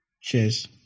Cheers